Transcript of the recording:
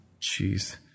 Jeez